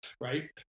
right